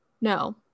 No